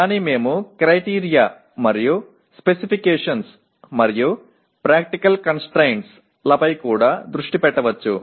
కానీ మేము క్రైటీరియా మరియు స్పెసిఫికేషన్స్ మరియు ప్రాక్టికల్ కంస్ట్రయిన్స్ లపై కూడా దృష్టి పెట్టవచ్చు